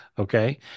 Okay